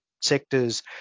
sectors